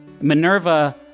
Minerva